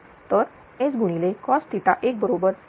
तर S cos1 बरोबर 7000